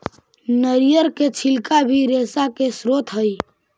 नरियर के छिलका भी रेशा के स्रोत हई